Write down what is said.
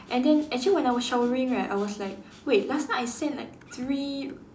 and then actually when I was showering right I was like wait last night I send like three